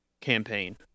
campaign